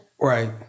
Right